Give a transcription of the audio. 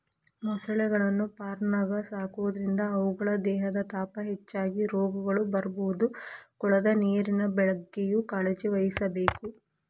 ಮೊಸಳೆಗಳನ್ನ ಫಾರ್ಮ್ನ್ಯಾಗ ಸಾಕೋದ್ರಿಂದ ಅವುಗಳ ದೇಹದ ತಾಪ ಹೆಚ್ಚಾಗಿ ರೋಗಗಳು ಬರ್ಬೋದು ಕೊಳದ ನೇರಿನ ಬಗ್ಗೆನೂ ಕಾಳಜಿವಹಿಸಬೇಕು